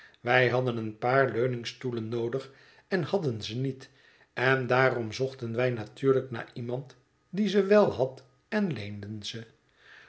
wij hadden een paar leuningstoelen noodig en hadden ze niet en daarom zochten wij natuurlijk naar iemand die ze wel had en leenden ze